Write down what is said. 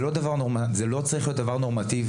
זה לא צריך להיות דבר נורמטיבי.